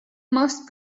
most